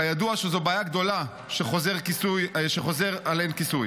כידוע, זו בעיה גדולה כשחוזר על אין כיסוי.